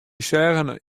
seagen